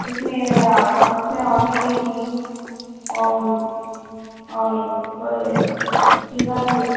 جس میں میرا پرس میں ہال ٹکٹ تھی اور اور تھوڑے چیزاں تھے